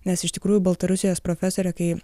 nes iš tikrųjų baltarusijos profesorė kai